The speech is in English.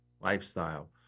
lifestyle